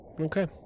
Okay